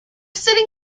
sitting